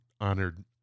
honored